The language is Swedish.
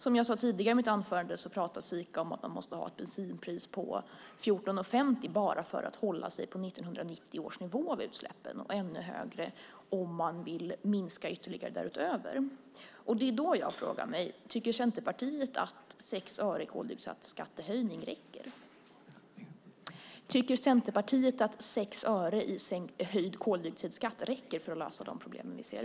Som jag sade tidigare i mitt anförande pratar Sika om att man måste ha ett bensinpris på 14:50 kronor bara för att hålla sig på 1990 års nivå av utsläppen och ännu högre om man vill minska ytterligare därutöver. Då frågar jag mig: Tycker Centerpartiet att 6 öre i höjd koldioxidskatt räcker för att lösa de problem som vi ser?